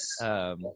Yes